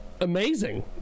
amazing